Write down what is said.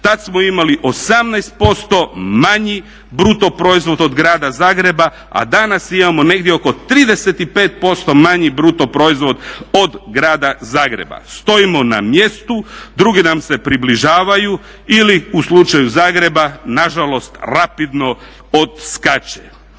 Tad smo imali 18% manji BDP od Grada Zagreba, a danas imamo negdje oko 35% manji BDP od Grada Zagreba. Stojimo na mjestu, drugi nam se približavaju ili u slučaju Zagreba nažalost rapidno odskače.